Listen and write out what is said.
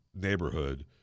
neighborhood